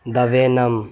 the venom